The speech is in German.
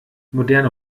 moderne